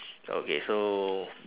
okay so